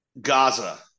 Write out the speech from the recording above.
Gaza